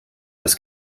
das